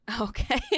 Okay